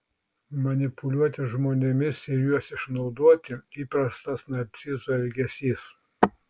manipuliuoti žmonėmis ir juos išnaudoti įprastas narcizų elgesys